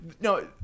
No